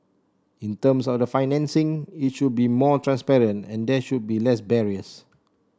in terms of the financing it should be more transparent and there should be less barriers